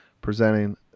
presenting